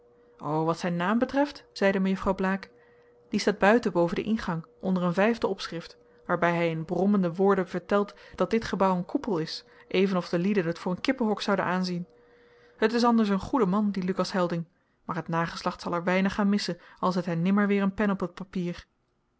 o wat zijn naam betreft zeide mejuffrouw blaek die staat buiten boven den ingang onder een vijfde opschrift waarbij hij in brommende woorden vertelt dat dit gebouw een koepel is even of de lieden het voor een kippenhok zouden aanzien het is anders een goede man die lucas helding maar het nageslacht zal er weinig aan missen al zet hij nimmer weer een pen op het papier